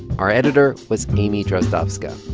our editor was amy drozdowska.